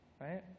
right